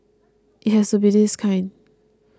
it has to be this kind